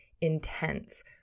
intense